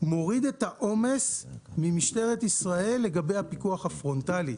מוריד את העומס ממשטרת ישראל לגבי הפיקוח הפרונטאלי.